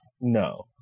No